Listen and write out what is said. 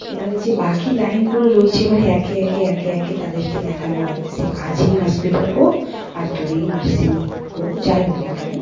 এবারে যে বাকি লাইনগুলো রয়েছে এবারে একে একে একে একে তাদেরকে দেখানো হয় সে কাছেই হসপিটাল হোক আর দূরেই নার্সিং হোক যাই হোক না কেন